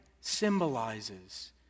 symbolizes